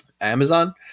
Amazon